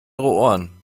ohren